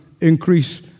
increase